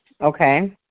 Okay